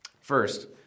First